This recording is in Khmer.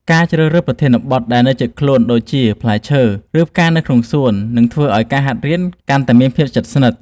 ការជ្រើសរើសប្រធានបទដែលនៅជិតខ្លួនដូចជាផ្លែឈើ ឬ ផ្កានៅក្នុងសួនច្បារនឹងធ្វើឱ្យការហាត់រៀនកាន់តែមានភាពជិតស្និទ្ធ។